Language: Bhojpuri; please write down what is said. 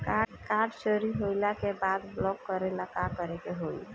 कार्ड चोरी होइला के बाद ब्लॉक करेला का करे के होई?